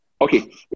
Okay